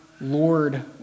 lord